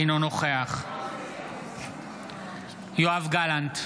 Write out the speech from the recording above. אינו נוכח יואב גלנט,